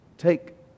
Take